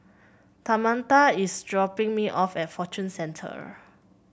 Tamatha is dropping me off at Fortune Centre